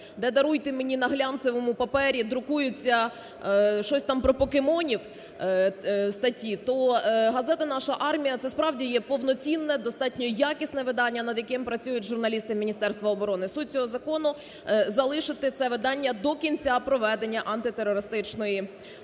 де, даруйте мені, на глянцевому папері друкується щось там про покемонів статті, то газета "Наша армія" – це, справді, є повноцінне, достатньо якісне видання над яким працюють журналісти Міністерства оборони. Суть цього закону: залишити це видання до кінця проведення антитерористичної операції